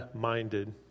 minded